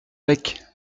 bec